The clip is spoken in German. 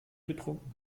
getrunken